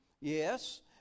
Yes